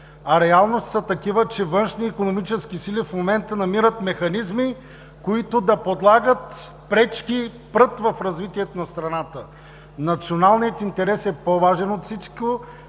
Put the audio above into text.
А реалностите са такива, че външни икономически сили в момента намират механизми, които да подлагат пречки и прът в развитието на страната. Националният интерес е по-важен от всичко.